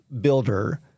builder